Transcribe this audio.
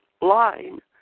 line